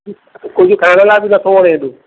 कुझु खाइण लाइ बि नथो वणे हेॾो